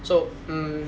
so um